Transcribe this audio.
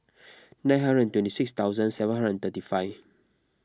nine hundred twenty six thousand seven hundred thirty five